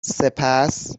سپس